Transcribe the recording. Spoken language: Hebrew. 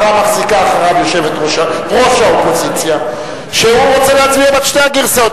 מחרה מחזיקה אחריו ראש האופוזיציה שהוא רוצה להצביע בעד שתי הגרסאות.